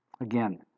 Again